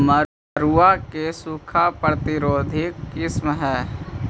मड़ुआ के सूखा प्रतिरोधी किस्म हई?